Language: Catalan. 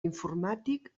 informàtic